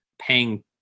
paying